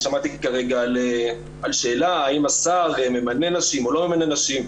אני שמעתי כרגע על שאלה האם השר ממנה נשים או לא ממנה נשים,